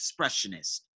expressionist